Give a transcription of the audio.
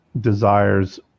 desires